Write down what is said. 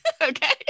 Okay